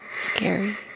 scary